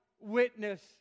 witness